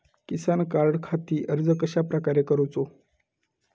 किसान कार्डखाती अर्ज कश्याप्रकारे करूचो?